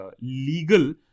legal